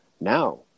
now